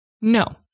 No